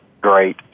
great